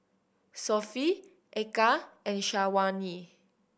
Sofea Eka and Syazwani